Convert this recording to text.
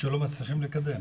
שלא מצליחים לקדם.